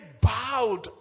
bowed